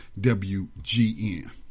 WGN